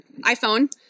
iPhone